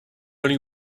only